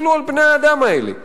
תסתכלו על בני-האדם האלה.